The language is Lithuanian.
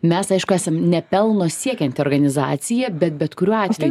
mes aišku esam ne pelno siekianti organizacija bet bet kuriuo atveju